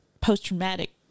post-traumatic